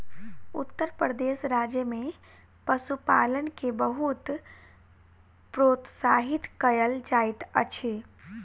उत्तर प्रदेश राज्य में पशुपालन के बहुत प्रोत्साहित कयल जाइत अछि